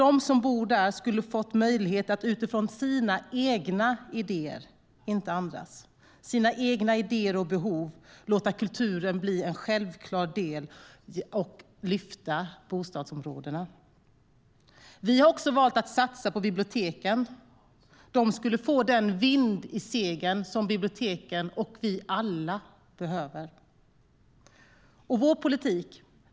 De som bor där skulle få möjlighet att utifrån sina egna idéer och behov, inte andras, låta kulturen bli en självklar del och också lyfta bostadsområdena. Vi har också valt att satsa på biblioteken. De skulle få den vind i seglen som biblioteken och vi alla behöver.